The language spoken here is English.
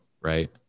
right